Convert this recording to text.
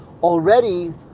already